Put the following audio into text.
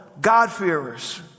God-fearers